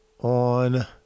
on